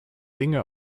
dinge